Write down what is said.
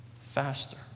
faster